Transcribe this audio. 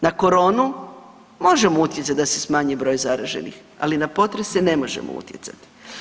Na koronu možemo utjecati da se smanji broj zaraženih, ali na potrese ne možemo utjecati.